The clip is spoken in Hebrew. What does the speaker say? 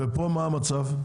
ופה מה המצב?